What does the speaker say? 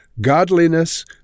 godliness